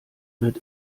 wird